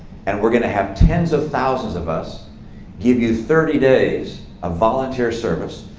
and we're going to have tens of thousands of us give you thirty days of volunteer service.